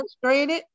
frustrated